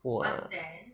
我有点